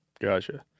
Gotcha